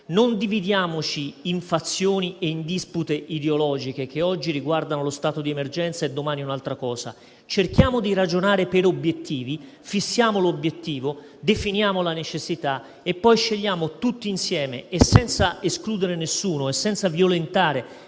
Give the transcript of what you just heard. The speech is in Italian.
Non dividiamoci in fazioni e in dispute ideologiche che oggi riguardano lo stato di emergenza e domani un'altra cosa: cerchiamo di ragionare per obiettivi; fissiamo l'obiettivo, definiamo la necessità e poi scegliamo tutti insieme, senza escludere nessuno e senza violentare